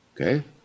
Okay